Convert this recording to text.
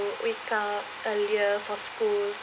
wake up earlier for school